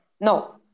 No